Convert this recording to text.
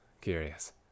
curious